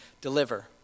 deliver